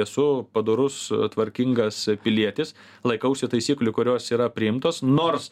esu padorus tvarkingas pilietis laikausi taisyklių kurios yra priimtos nors